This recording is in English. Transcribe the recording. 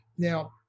Now